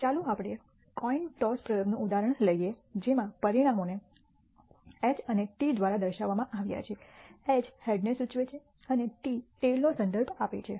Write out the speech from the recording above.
ચાલો આપણે coin toss પ્રયોગનું ઉદાહરણ લઈએ જેમાં પરિણામોને H અને T દ્વારા દર્શાવવામાં આવ્યા છે H હેડને સૂચવે છે અને T ટેઈલનો સંદર્ભ આપે છે